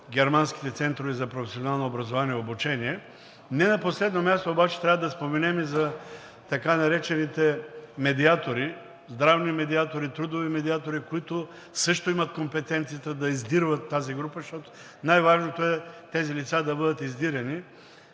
българо-германските центрове за професионално образование и обучение. Не на последно място, обаче трябва да спомена и за така наречените медиатори, здравни медиатори, трудови медиатори, които също имат компетенцията да издирват тази група, защото най важното е тези лица да бъдат издирени.